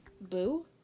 boo